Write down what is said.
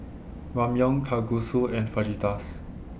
Ramyeon Kalguksu and Fajitas